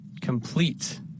complete